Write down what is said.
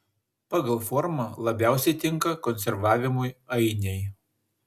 pagal formą labiausiai tinka konservavimui ainiai